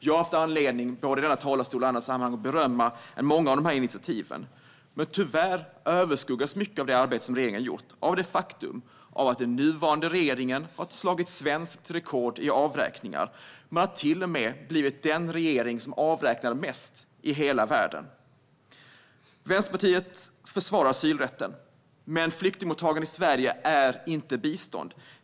Jag har haft anledning att både i talarstolen och i andra sammanhang berömma många av initiativen. Men tyvärr överskuggas mycket av det arbete som regeringen har gjort av det faktum att den nuvarande regeringen inte bara slagit svenskt rekord i avräkningar, man har till och med blivit den regering som avräknar mest i hela världen. Vänsterpartiet försvarar asylrätten. Men flyktingmottagande i Sverige är inte bistånd.